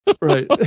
Right